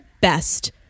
best